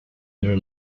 their